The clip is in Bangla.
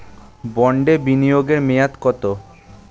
বন্ডে বিনিয়োগ এর মেয়াদ কত?